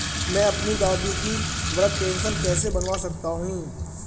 मैं अपनी दादी की वृद्ध पेंशन कैसे बनवा सकता हूँ?